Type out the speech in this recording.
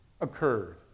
occurred